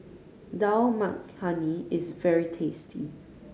Dal Makhani is very tasty